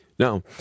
Now